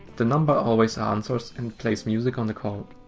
the number always ah answers and plays music on the call.